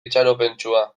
itxaropentsua